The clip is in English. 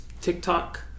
TikTok